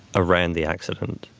around the accident.